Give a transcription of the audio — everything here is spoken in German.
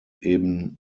eben